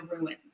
ruins